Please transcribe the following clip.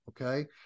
Okay